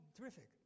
terrific